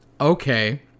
okay